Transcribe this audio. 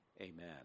Amen